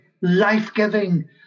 life-giving